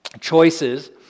Choices